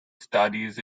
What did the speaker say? studies